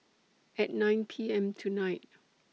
At nine P M tonight